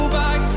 back